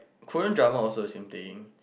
Korean drama also the same thing